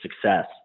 success